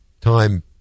time